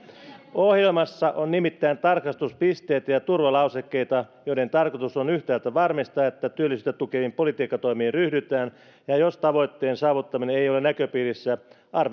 ohjelmassa on nimittäin tarkastuspisteitä ja turvalausekkeita joiden tarkoitus on yhtäältä varmistaa että työllisyyttä tukeviin politiikkatoimiin ryhdytään ja jos tavoitteen saavuttaminen ei ole näköpiirissä